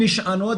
הן נשענות